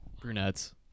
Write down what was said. Brunettes